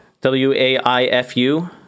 w-a-i-f-u